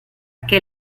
que